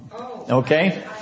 Okay